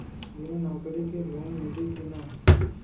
बिना नौकरी के लोन मिली कि ना?